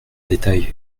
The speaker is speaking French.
détail